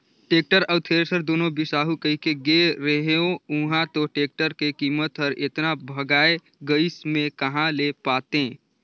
tractor अउ thresher दुनो बिसाहू कहिके गे रेहेंव उंहा तो टेक्टर के कीमत हर एतना भंगाए गइस में कहा ले पातें